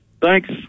Thanks